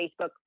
Facebook